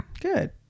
good